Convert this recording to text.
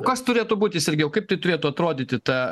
kas turėtų būti sergėjau kaip tai turėtų atrodyti ta